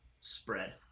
spread